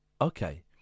Okay